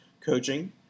coaching